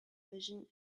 vision